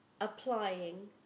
applying